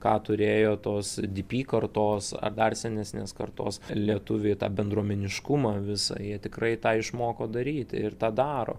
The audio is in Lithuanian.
ką turėjo tos dp kartos ar dar senesnės kartos lietuviai tą bendruomeniškumą visą jie tikrai tą išmoko daryti ir tą daro